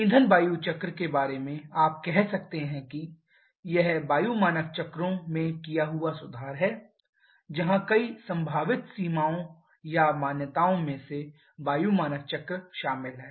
ईंधन वायु चक्र के बारेमे आप कह सकते हैं कि यह वायु मानक चक्रों में किया हुआ सुधार है जहाँ कई संभावित सीमाओं या मान्यताओं में से वायु मानक चक्र शामिल है